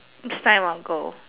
next time I'll go